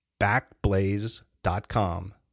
Backblaze.com